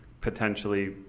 potentially